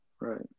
Right